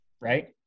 right